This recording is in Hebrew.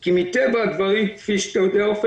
כי מטבע הדברים כמו שאתה יודע,